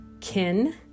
Kin